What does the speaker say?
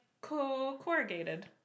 corrugated